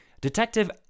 Detective